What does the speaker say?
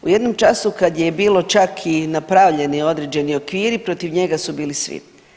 U jednom času kad je bilo čak i napravljeni određeni okviri protiv njega su bili svi.